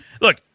look